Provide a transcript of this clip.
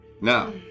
Now